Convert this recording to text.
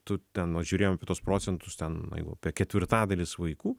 tu ten va žiūrėjom apie tuos procentus ten jau apie ketvirtadalis vaikų